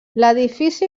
l’edifici